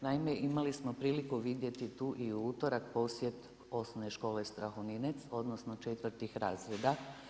Naime, imali smo priliku vidjeti tu i u utorak posjet Osnovne škole Strahoninec, odnosno četvrtih razreda.